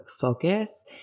focus